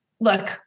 Look